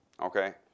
Okay